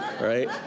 Right